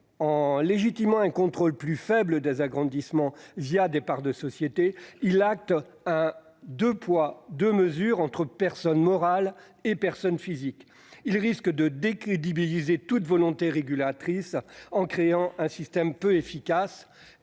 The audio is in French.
en légitimant un contrôle plus faible des agrandissements réalisés des parts de sociétés, elle acte un « deux poids, deux mesures » entre personnes morales et personnes physiques. Elle risque ainsi de décrédibiliser toute volonté régulatrice en créant un système peu efficace